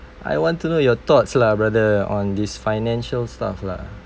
I want to know your thoughts lah brother on this financial stuff lah